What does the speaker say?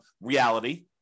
reality